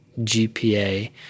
GPA